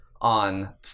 on